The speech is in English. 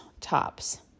tops